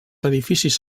edificis